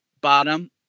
bottom